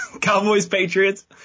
Cowboys-Patriots